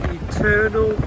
eternal